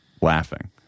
laughing